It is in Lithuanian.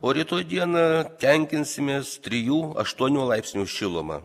o rytoj dieną tenkinsimės trijų aštuonių laipsnių šiluma